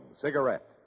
cigarette